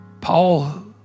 Paul